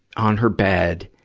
on her bed,